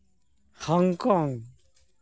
Hong Kong